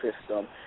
system